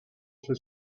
his